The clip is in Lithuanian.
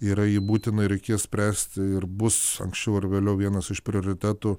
yra ji būtina ir reikės spręsti ir bus anksčiau ar vėliau vienas iš prioritetų